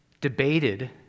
debated